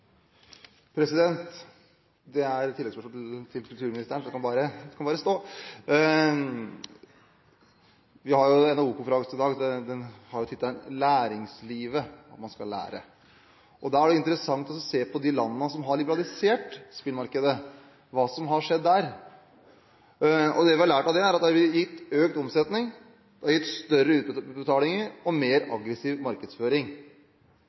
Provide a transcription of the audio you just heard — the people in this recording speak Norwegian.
til oppfølgingsspørsmål. NHO-konferansen i dag har tittelen Læringslivet – at man skal lære. Det er interessant å se på de landene som har liberalisert spillmarkedet og hva som har skjedd der. Det vi har lært, er at det har gitt økt omsetning, større utbetalinger og mer aggressiv markedsføring. Men det har ikke gitt større utbetalinger